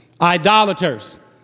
Idolaters